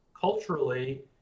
culturally